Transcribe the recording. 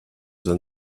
than